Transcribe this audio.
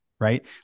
Right